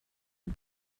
het